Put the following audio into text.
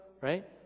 right